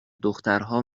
دخترها